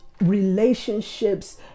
relationships